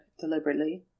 deliberately